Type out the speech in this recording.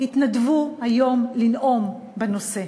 התנדבו היום לנאום בנושא.